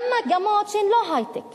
גם מגמות שהן לא היי-טק,